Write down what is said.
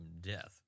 death